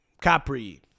Capri